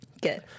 good